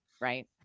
right